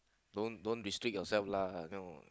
don't don't restrict yourself lah you know